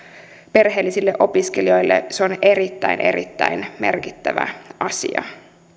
perheellisille opiskelijoille se on erittäin erittäin merkittävä asia